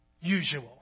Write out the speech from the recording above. usual